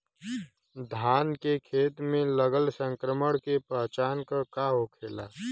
धान के खेत मे लगल संक्रमण के पहचान का होखेला?